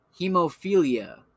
hemophilia